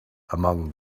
among